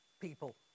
people